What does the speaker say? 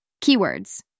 Keywords